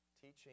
Teaching